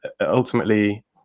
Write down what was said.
ultimately